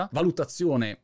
valutazione